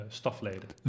stafleden